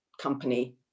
company